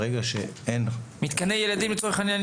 ברגע שאין --- לצורך העניין,